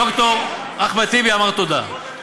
ד"ר אחמד טיבי אמר תודה.